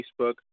Facebook